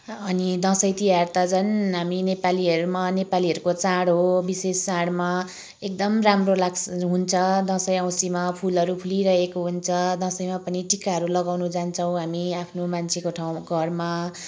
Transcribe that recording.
अनि दसैँ तिहार त झन् हामी नेपालीहरूमा नेपालीहरूको चाड हो विशेष चाडमा एकदम राम्रो लाग्छ हुन्छ दसैँ औँसीमा फुलहरू फुलिरहेको हुन्छ दसैँमा पनि टिकाहरू लगाउन जान्छौँ हामी आफ्नो मान्छेको ठाउँ घरमा